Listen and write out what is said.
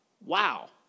Wow